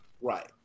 right